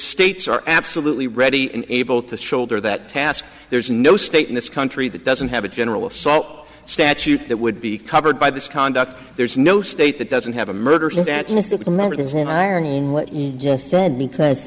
states are absolutely ready and able to shoulder that task there's no state in this country that doesn't have a general assault statute that would be covered by this conduct there's no state that doesn't have a murder scene that you think americans an irony in what you just said because